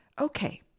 Okay